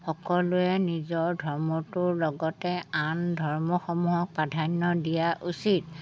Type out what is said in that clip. সকলোৱে নিজৰ ধৰ্মটোৰ লগতে আন ধৰ্মসমূহক প্ৰাধান্য দিয়া উচিত